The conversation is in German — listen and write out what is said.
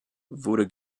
wurde